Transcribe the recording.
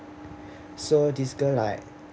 so this girl like